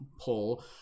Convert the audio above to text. pull